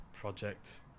project